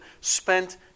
spent